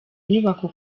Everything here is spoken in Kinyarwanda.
nyubako